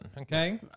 okay